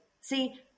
See